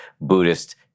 Buddhist